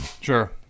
Sure